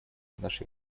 нашей